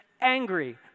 angry